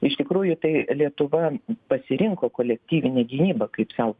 iš tikrųjų tai lietuva pasirinko kolektyvinę gynybą kaip sau